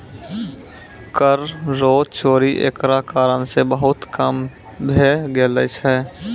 कर रो चोरी एकरा कारण से बहुत कम भै गेलो छै